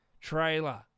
trailer